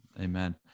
amen